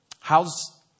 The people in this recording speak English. How's